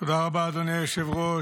תודה רבה, אדוני היושב-ראש.